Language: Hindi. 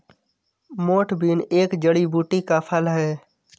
मोठ बीन एक जड़ी बूटी का फल है